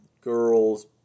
girls